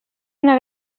una